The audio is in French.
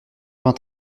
vingt